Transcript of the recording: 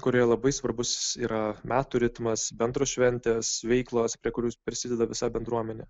kurioje labai svarbus yra metų ritmas bendros šventės veiklos prie kurių prisideda visa bendruomenė